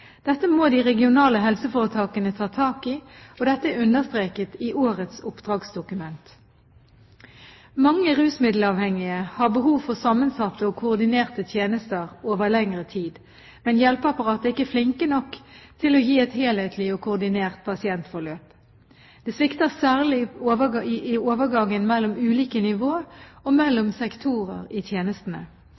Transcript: Dette må de regionale helseforetakene ta tak i, og dette er understreket i årets oppdragsdokument. Mange rusmiddelavhengige har behov for sammensatte og koordinerte tjenester over lengre tid, men hjelpeapparatet er ikke flinke nok til å gi et helhetlig og koordinert pasientforløp. Det svikter særlig i overgangen mellom ulike nivåer og mellom sektorer i tjenestene.